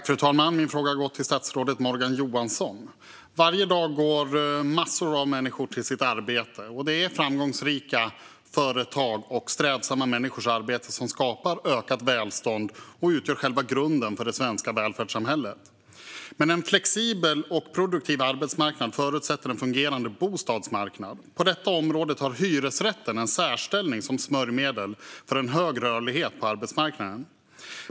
Fru talman! Min fråga går till statsrådet Morgan Johansson. Varje dag går massor av människor till sitt arbete. Det är framgångsrika företag och strävsamma människors arbete som skapar ökat välstånd och utgör själva grunden för det svenska välfärdssamhället. Men en flexibel och produktiv arbetsmarknad förutsätter en fungerande bostadsmarknad. På detta område har hyresrätten en särställning som smörjmedel för en stor rörlighet på arbetsmarknaden.